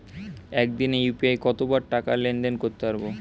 একদিনে ইউ.পি.আই কতবার টাকা লেনদেন করতে পারব?